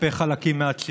כתב ואמר מנחם בגין.